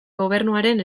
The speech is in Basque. gobernuaren